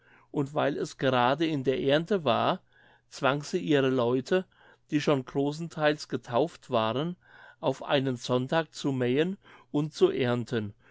und weil es gerade in der ernte war zwang sie ihre leute die schon großentheils getauft waren auf einen sonntag zu mähen und zu erndten